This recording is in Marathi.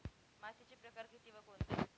मातीचे प्रकार किती व कोणते?